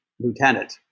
lieutenant